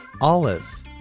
Olive